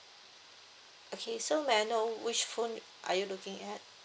okay so may I know which phone are you looking at